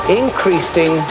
increasing